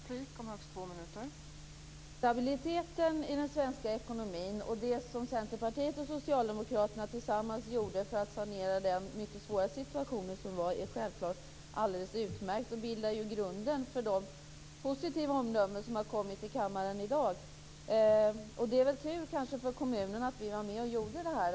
Fru talman! Stabiliteten i den svenska ekonomin och det som Centerpartiet och Socialdemokraterna tillsammans gjorde för att sanera den mycket svåra situation som rådde är självfallet alldeles utmärkt och bildar grunden för de positiva omdömen som har förekommit i kammaren i dag. Det är väl tur för kommunerna att vi var med och genomförde det här.